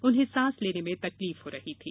उन्हें सांस लेने में तकलीफ हो रही थी